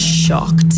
Shocked